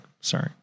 Sorry